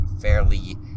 fairly